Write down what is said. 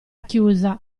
chiusa